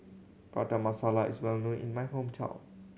Prata Masala is well known in my hometown